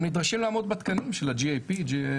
הם נדרשים לעמוד בתקנים של ה-GAP.